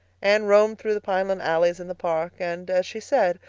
anne roamed through the pineland alleys in the park and, as she said,